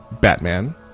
Batman